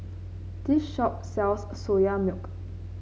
this shop sells Soya Milk